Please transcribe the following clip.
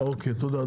אוקי תודה.